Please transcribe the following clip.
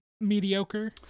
mediocre